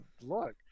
look